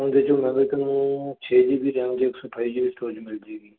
ਓਹਦੇ ਵਿੱਚ ਤੁਹਾਨੂੰ ਛੇ ਜੀ ਬੀ ਰੈਮ ਤੇ ਇਕ ਸੋ ਅਠਾਈ ਜੀ ਬੀ ਸਟੋਰੇਜ ਮਿਲ ਜੇਗੀ